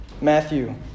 Matthew